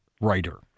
writer